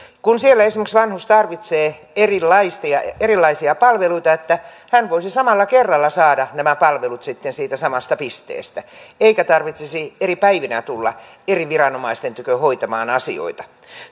kun siellä esimerkiksi vanhus tarvitsee erilaisia palveluita hän voisi samalla kerralla saada nämä palvelut sitten siitä samasta pisteestä eikä tarvitsisi eri päivinä tulla eri viranomaisten tykö hoitamaan asioita